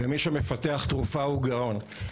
ומי שמפתח תרופה הוא גאון.